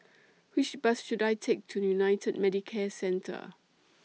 Which Bus should I Take to United Medicare Centre